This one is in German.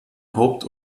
haupt